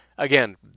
Again